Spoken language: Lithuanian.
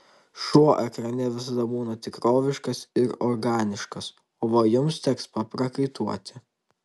šuo ekrane visada būna tikroviškas ir organiškas o va jums teks paprakaituoti